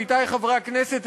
עמיתי חברי הכנסת,